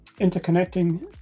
interconnecting